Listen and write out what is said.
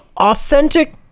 authentic